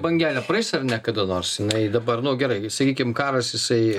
bangelė praeis ar ne kada nors jinai dabar nu gerai sakykim karas jisai